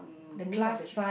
the name of the shop